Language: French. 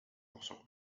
pourcent